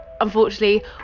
unfortunately